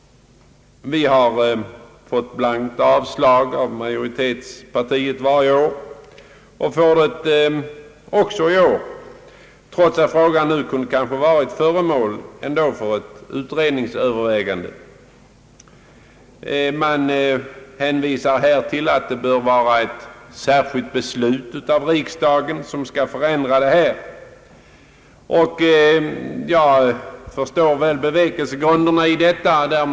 Vi har fått blankt avslag av majoritetspartiet varje år och får det också i år, trots att frågan nu kunde ha varit föremål för ett utredningsövervägande. Utskottet hänvisar till att en ändring i detta avseende bör ske genom ett särskilt beslut av Ang. de studiesociala förmånerna riksdagen. Jag förstår bevekelsegrunderna härför.